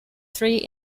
three